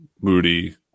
Moody